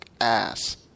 ass